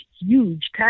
huge